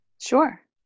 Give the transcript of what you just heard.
Sure